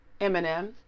eminem